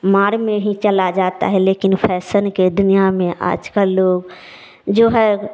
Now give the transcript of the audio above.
मांड में ही चला जाता है लेकिन फैशन की दुनिया में आजकल लोग जो है